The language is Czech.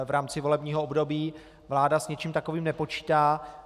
V rámci volebního období vláda s něčím takovým nepočítá.